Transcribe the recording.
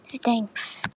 Thanks